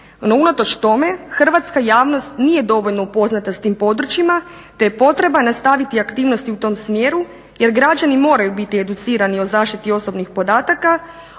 unatoč tome hrvatska javnost nije dovoljno upoznata s tim područjima, te je potreba nastaviti aktivnosti u tom smjeru jer građani moraju biti educirani o zaštiti osobnih podataka,